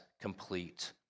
complete